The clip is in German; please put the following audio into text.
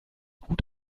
gut